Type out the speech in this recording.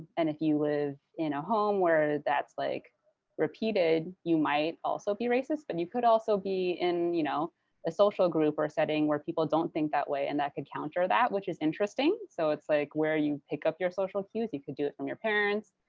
and if you live in a home where that's like repeated, you might also be racist. and but you could also be in you know a social group or setting where people don't think that way. and that could counter that, which is interesting. so it's like where you pick up your social cues. you could do it from your parents,